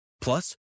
Plus